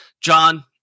John